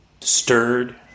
stirred